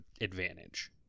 advantage